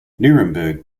nuremberg